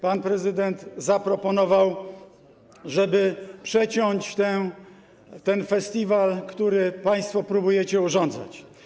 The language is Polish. Pan prezydent zaproponował, żeby przeciąć ten festiwal, który państwo próbujecie urządzać.